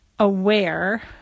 aware